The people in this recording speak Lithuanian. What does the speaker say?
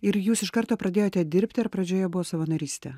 ir jūs iš karto pradėjote dirbti ar pradžioje buvo savanorystė